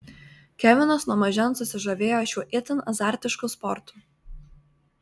kevinas nuo mažens susižavėjo šiuo itin azartišku sportu